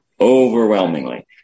overwhelmingly